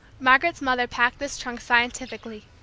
margaret's mother packed this trunk scientifically.